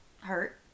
hurt